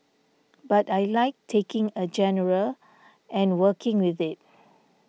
but I like taking a genre and working with it